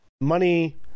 money